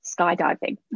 skydiving